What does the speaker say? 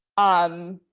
um,